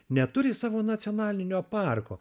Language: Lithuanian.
neturi savo nacionalinio parko